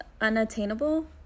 unattainable